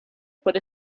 por